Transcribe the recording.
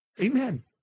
Amen